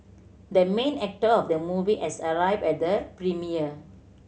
the main actor of the movie as arrived at the premiere